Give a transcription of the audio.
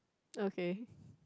okay